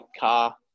car